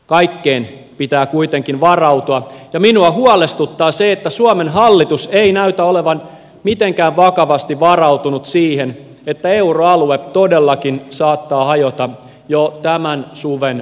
kaikkeen pitää kuitenkin varautua ja minua huolestuttaa se että suomen hallitus ei näytä olevan mitenkään vakavasti varautunut siihen että euroalue todellakin saattaa hajota jo tämän suven aikana